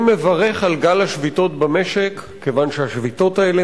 אני מברך על גל השביתות במשק כיוון שהשביתות האלה